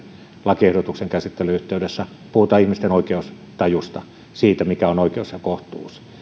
lakiehdotuksen käsittelyn yhteydessä puhutaan ihmisten oikeustajusta siitä mikä on oikeus ja kohtuus